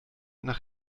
nach